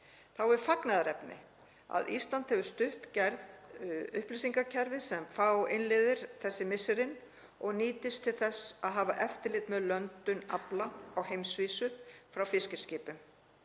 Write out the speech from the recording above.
Þá er fagnaðarefni að Ísland hefur stutt gerð upplýsingakerfis sem FAO innleiðir þessi misserin og nýtist til að hafa eftirlit með löndun afla á heimsvísu frá fiskiskipum.